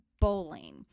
bowling